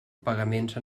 pagaments